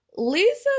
Lisa